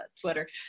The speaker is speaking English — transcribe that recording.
Twitter